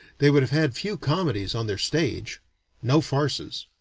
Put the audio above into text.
they would have had few comedies on their stage no farces.